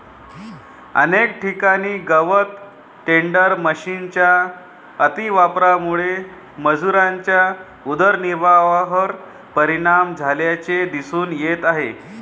अनेक ठिकाणी गवत टेडर मशिनच्या अतिवापरामुळे मजुरांच्या उदरनिर्वाहावर परिणाम झाल्याचे दिसून येत आहे